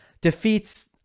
Defeats